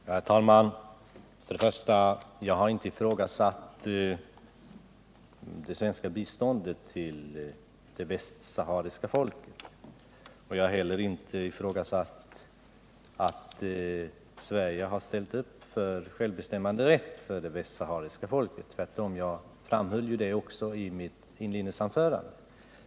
Herr talman! Inledningsvis vill jag säga att jag inte har ifrågasatt det svenska biståndet till det västsahariska folket. Jag har inte heller ifrågasatt att Sverige ställt upp när det gäller det västsahariska folkets rätt till självbestämmande, tvärtom. Det framhöll jag också i mitt inledningsanförande.